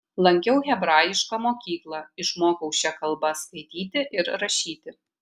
lankiau hebrajišką mokyklą išmokau šia kalba skaityti ir rašyti